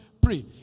pray